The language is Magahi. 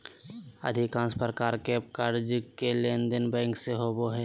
अधिकांश प्रकार के कर्जा के लेनदेन बैंक से होबो हइ